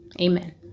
amen